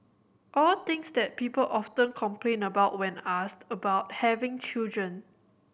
all things that people often complain about when asked about having children